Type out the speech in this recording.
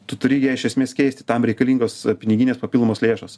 tu turi ją iš esmės keisti tam reikalingos piniginės papildomos lėšos